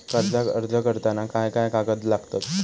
कर्जाक अर्ज करताना काय काय कागद लागतत?